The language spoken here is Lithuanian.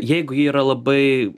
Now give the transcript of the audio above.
jeigu ji yra labai